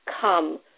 come